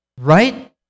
right